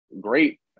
great